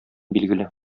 билгеле